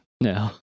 No